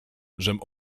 żem